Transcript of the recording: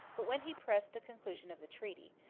but when he pressed the conclusion of the treaty,